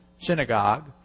synagogue